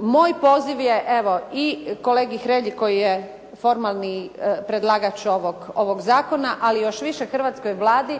moj poziv je, evo i kolegi Hrelji koji je formalni predlagač ovog zakona, ali još više Hrvatskoj Vladi